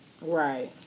Right